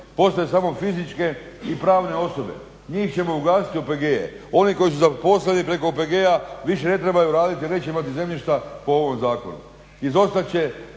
postoje samo fizičke i pravne osobe. Njih ćemo ugasiti OPG-e. One koji su se zaposlili preko OPG-a više ne trebaju raditi, neće imati zemljišta po ovom zakonu. Izostat